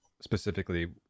Specifically